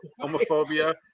homophobia